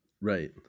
right